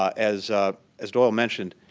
um as as doyle mentioned,